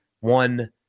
One